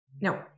No